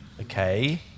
okay